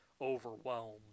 overwhelmed